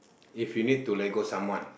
if you need to let go someone